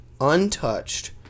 untouched